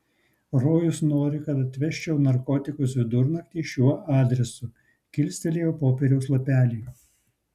rojus nori kad atvežčiau narkotikus vidurnaktį šiuo adresu kilstelėjau popieriaus lapelį